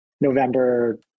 November